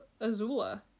Azula